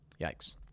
Yikes